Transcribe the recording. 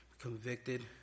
convicted